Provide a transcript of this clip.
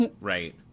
right